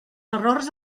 errors